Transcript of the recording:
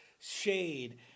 shade